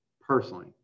personally